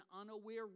unaware